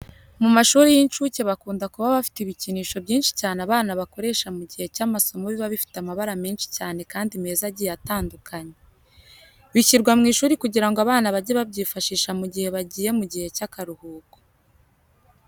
Mu mashuri y'inshuke bakunda kuba bafite ibikinisho byinshi cyane abana bakoresha mu gihe cy'amasomo biba bifite amabara menshi cyane kandi meza agiye atandukanye. Bishyirwa mu ishuri kugira ngo abana bajye babyifashisha mu gihe bagiye mu gihe cy'akaruhuko.